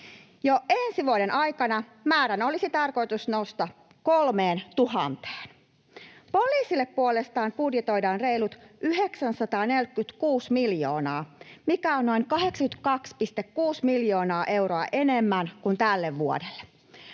Jo ensi vuoden aikana määrän olisi tarkoitus nousta 3 000:een. Poliisille puolestaan budjetoidaan reilut 946 miljoonaa, mikä on noin 82,6 miljoonaa euroa enemmän kuin tälle vuodelle.